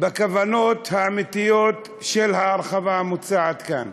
בכוונות האמיתיות של ההרחבה המוצעת כאן,